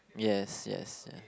yes yes ya